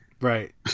Right